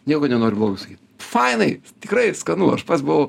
nieko nenoriu blogo sakyt fainai tikrai skanu aš pats buvau